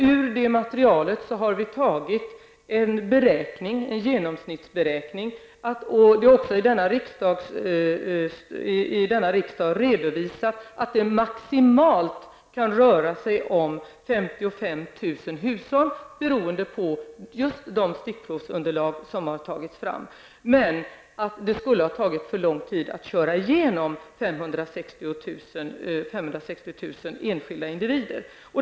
Ur det materialet har vi beräknat -- det har också redovisats i riksdagen -- att det maximalt kunde röra sig om 55 000 hushåll. Dessa beräkningar har gjorts på basis av det stickprovsunderlag som har tagits fram. Det skulle ha tagit för lång tid att köra igenom hela materialet omfattande 560 000 enskilda individer.